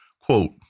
Quote